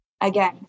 again